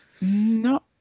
No